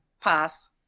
Pass